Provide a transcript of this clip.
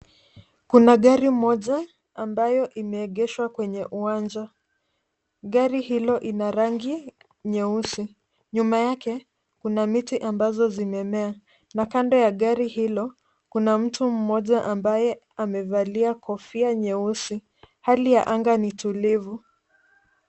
Kuna gari moja ambayo imeegeshwa kwenye uwanja. Gari hilo ina rangi nyeusi. Nyuma yake kuna miti ambazo zimemea na kando ya gari hilo kuna mtu mmoja ambaye amevalia kofia nyeusi. Hali ya anga ni tulivu.